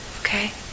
Okay